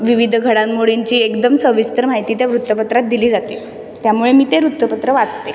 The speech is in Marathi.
विविध घडामोडींची एकदम सविस्तर माहिती त्या वृत्तपत्रात दिली जाते त्यामुळे मी ते वृत्तपत्र वाचते